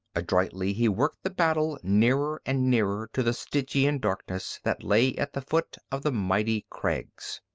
adroitly he worked the battle nearer and nearer to the stygian darkness that lay at the foot of the mighty crags.